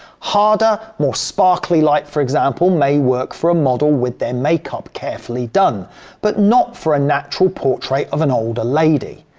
harder, more sparkly light, for example, may work for a model with their makeup carefully done but not for a natural portrait of an older lady.